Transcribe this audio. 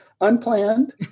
unplanned